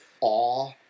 awe